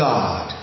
God